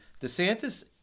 DeSantis